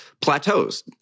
plateaus